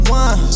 one